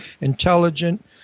intelligent